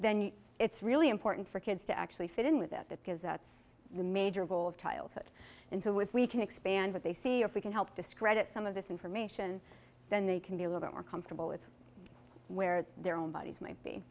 then it's really important for kids to actually fit in with it that because that's the major goal of childhood and so with we can expand what they see if we can help discredit some of this information then they can be a little more comfortable with where their own bodies might be